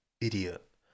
Idiot